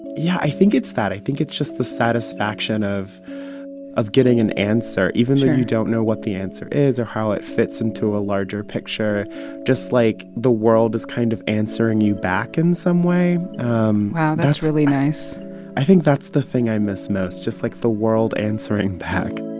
yeah, i think it's that. i think it's just the satisfaction of of getting an answer even though. sure. you don't know what the answer is or how it fits into a larger picture just like the world is kind of answering you back in some way wow, that's really nice i think that's the thing i miss most just, like, the world answering back